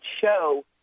show